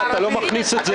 אתה לא מכניס את זה גם.